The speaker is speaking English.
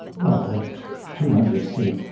well at two hundred feet,